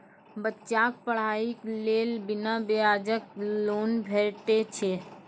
बच्चाक पढ़ाईक लेल बिना ब्याजक लोन भेटै छै?